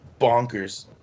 bonkers